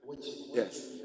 Yes